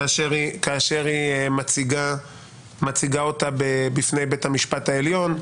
כאשר היא מציגה אותה בפני בית המשפט העליון,